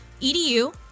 edu